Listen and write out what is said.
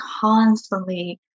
constantly